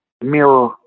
mirror